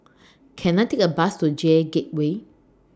Can I Take A Bus to J Gateway